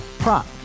Prop